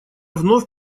вновь